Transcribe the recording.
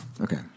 Okay